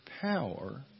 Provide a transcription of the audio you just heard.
power